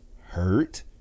Hurt